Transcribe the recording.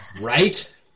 Right